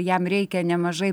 jam reikia nemažai